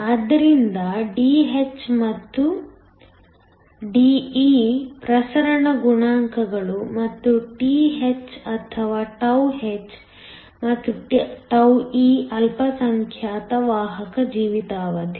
ಆದ್ದರಿಂದ Dh ಮತ್ತು De ಪ್ರಸರಣ ಗುಣಾಂಕಗಳು ಮತ್ತು Th ಅಥವಾ τh ಮತ್ತು τe ಅಲ್ಪಸಂಖ್ಯಾತ ವಾಹಕ ಜೀವಿತಾವಧಿ